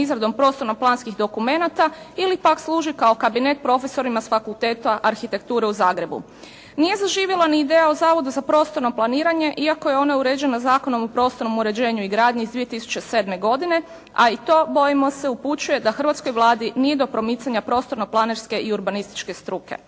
izradom prostorno-planskih dokumenata ili pak služi kao kabinet profesorima s Fakulteta arhitekture u Zagrebu. Nije zaživjela ni ideja u Zavodu za prostorno planiranje iako je ona uređena Zakonom o prostornom uređenju i gradnji iz 2007. godine a i to bojimo se upućuje da hrvatskoj Vladi nije do promicanja prostorno-planerske i urbanističke struke.